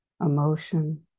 emotion